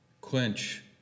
quench